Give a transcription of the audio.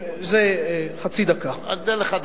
זה חצי דקה, אני אתן לך דקה.